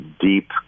deep